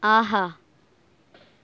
ஆஹா